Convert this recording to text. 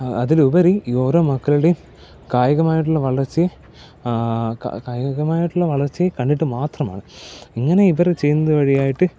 അതിലുപരി ഈ ഓരോ മക്കളുടെയും കായികമായിട്ടുള്ള വളർച്ചയും കായികമായിട്ടുള്ള വളർച്ചയും കണ്ടിട്ട് മാത്രമാണ് ഇങ്ങനെ ഇവർ ചെയ്യുന്നത് വഴിയായിട്ട്